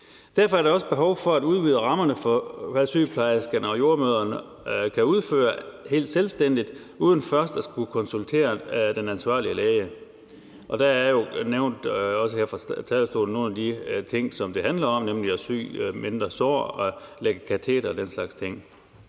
Derfor er der også behov for at udvide rammerne for, hvad sygeplejerskerne og jordemødrene kan udføre helt selvstændigt uden først at skulle konsultere den ansvarlige læge. Der er jo nævnt, også her fra talerstolen, nogle af de ting, som det handler om, nemlig at sy mindre sår, lægge kateter og den slags ting.